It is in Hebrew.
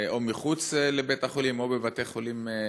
או מחוץ לבית-החולים או בבתי-חולים אחרים.